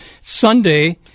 Sunday